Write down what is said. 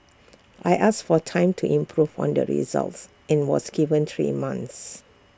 I asked for time to improve on the results and was given three months